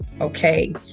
okay